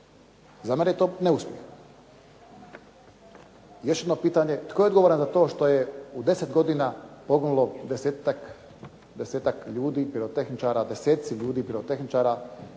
Za mene je to neuspjeh. Još jedno pitanje. Tko je odgovoran za to što je u 10 godina poginulo desetak ljudi pirotehničara, deseci ljudi pirotehničara